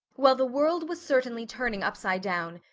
well, the world was certainly turning upside down!